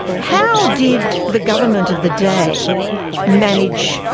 how did the government of the day manage,